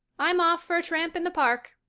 i'm off for a tramp in the park,